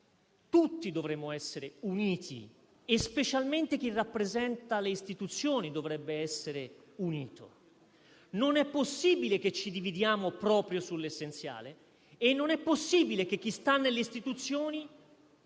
tutti dovremmo essere uniti. Specialmente chi rappresenta le istituzioni dovrebbe essere unito. Non è possibile che ci dividiamo proprio sull'essenziale e non è possibile che chi sta nelle istituzioni